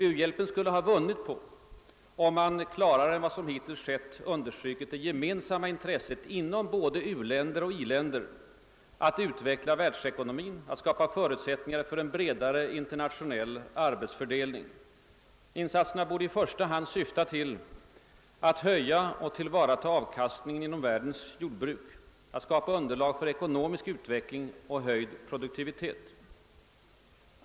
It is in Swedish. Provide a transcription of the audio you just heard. U-hjälpen skulle ha vunnit på om man klarare än vad som hittills skett understrukit det gemensamma intresset både inom u-länder och i-länder att utveckla världsekonomin, att skapa förutsättningar för en bredare internationell arbetsfördelning. Insatserna borde i första hand syfta till att höja och tillvarata avkastningen från världens jordbruk, att skapa underlag för ekonomisk utveckling och höjd produktivitet.